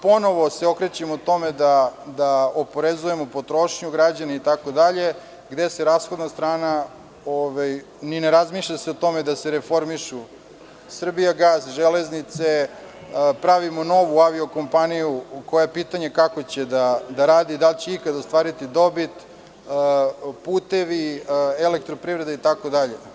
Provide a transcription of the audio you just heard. Ponovo se okrećemo tome da oporezujemo potrošnju građana itd, gde se rashodna strana, ni ne razmišlja se o tome da se reformišu „Srbijagas“, „Železnice“, pravimo novu avio-kompaniju koja je pitanje kako će da radi, da li će ikad ostvariti dobit, putevi, elektroprivreda itd.